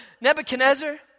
Nebuchadnezzar